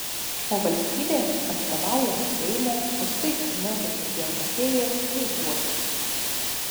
o valstybė atstovaujama seimo už tai kad mokesčius jai mokėjau išbuožino